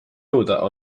jõuda